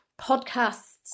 podcasts